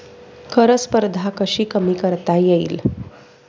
कर स्पर्धा कशी कमी करता येईल?